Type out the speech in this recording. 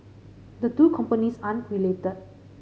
the two companies aren't related